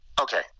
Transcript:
okay